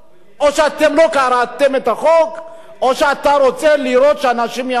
או שאתם לא קראתם את החוק או שאתה רוצה לראות שאנשים ימותו.